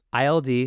ILD